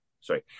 sorry